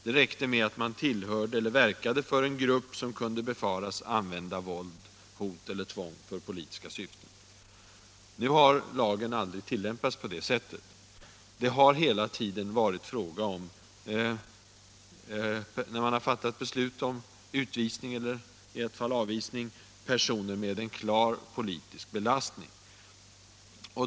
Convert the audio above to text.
Det räckte med att vederbörande tillhörde eller verkade för en grupp som kunde befaras använda våld, hot eller tvång för politiska syften. Nu har lagen aldrig tillämpats på det sättet. När beslut har fattats om utvisning — i ett fall avvisning — har det varit fråga om personer med en klar personlig belastning.